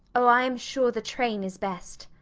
oh, i am sure the train is best.